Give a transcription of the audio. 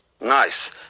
Nice